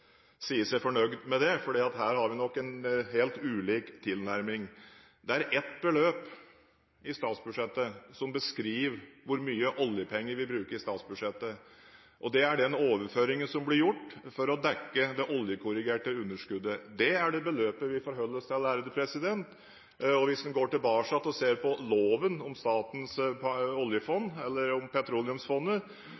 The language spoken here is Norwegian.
seg fornøyd med det, for vi har nok en helt ulik tilnærming her. Det er ett beløp i statsbudsjettet som beskriver hvor mye oljepenger vi bruker i statsbudsjettet, og det er overføringen som blir gjort for å dekke det oljekorrigerte underskuddet. Det er beløpet vi forholder oss til. Hvis en går tilbake og ser på loven om